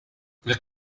the